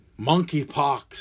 monkeypox